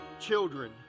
children